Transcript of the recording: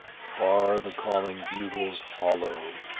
far the calling bugles hollo,